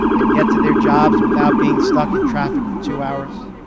and get to their jobs without being stuck in traffic for two hours